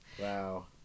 Wow